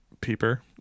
peeper